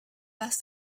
was